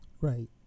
Right